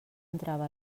entrava